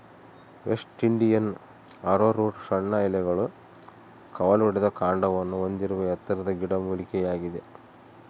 West Indian arrowroot ಸಣ್ಣ ಎಲೆಗಳು ಕವಲೊಡೆದ ಕಾಂಡವನ್ನು ಹೊಂದಿರುವ ಎತ್ತರದ ಗಿಡಮೂಲಿಕೆಯಾಗಿದೆ